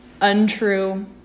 untrue